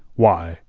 why,